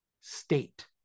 state